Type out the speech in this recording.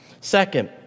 Second